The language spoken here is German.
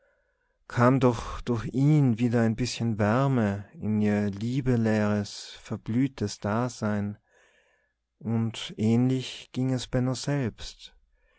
kam doch durch ihn wieder ein bißchen wärme in ihr liebeleeres verblühtes dasein und ähnlich ging es benno selbst